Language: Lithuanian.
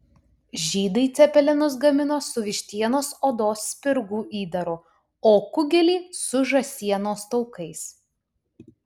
žydai cepelinus gamino su vištienos odos spirgų įdaru o kugelį su žąsienos taukais